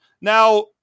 Now